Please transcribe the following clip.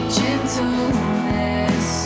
gentleness